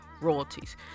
royalties